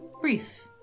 Brief